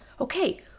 okay